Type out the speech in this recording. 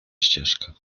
ścieżka